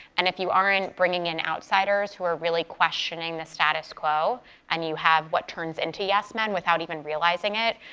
and if you aren't bringing in outsiders who are really questioning the status quo and you have what turns into yes men without even realizing it,